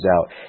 out